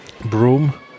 broom